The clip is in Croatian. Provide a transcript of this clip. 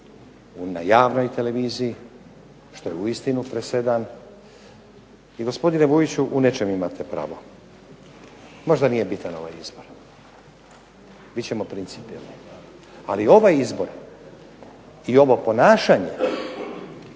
na Javnoj televiziji što je uistinu presedan. I gospodine Vujiću u nečem imate pravo, možda nije bitan ovaj izbor, bit ćemo principijelni, ali ovaj izbor i ovo ponašanje